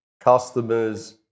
customers